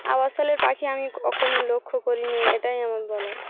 আবাসস্থলের পাখি আমি কখনও লক্ষ্য করিনি এটাই আমার বলার